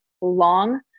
long